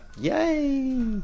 yay